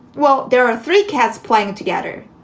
well, there are three cats playing together.